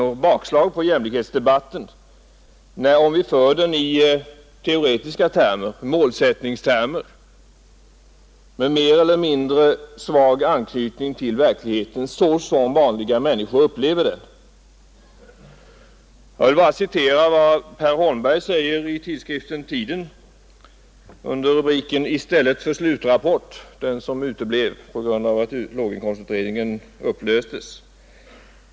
Det blir svårigheter i jämlikhetsdebatten, om vi för den i teoretiska målsättningstermer med mer eller mindre svag anknytning till verkligheten såsom vanliga människor upplever denna. Jag vill bara citera vad Per Holmberg säger i tidskriften Tiden nr 1:1972 under rubriken ”I stället för slutrapport” — den som uteblev på grund av att låginkomstutredningen upplöstes.